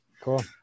cool